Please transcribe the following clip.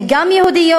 הן גם יהודיות,